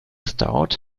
stout